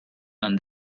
and